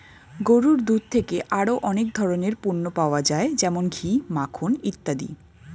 গরুর দুধ থেকে আরো অনেক ধরনের পণ্য পাওয়া যায় যেমন ঘি, মাখন ইত্যাদি